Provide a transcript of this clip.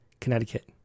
Connecticut